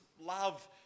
love